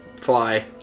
fly